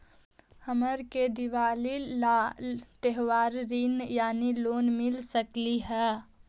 हमरा के दिवाली ला त्योहारी ऋण यानी लोन मिल सकली हे?